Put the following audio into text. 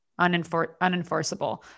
unenforceable